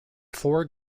four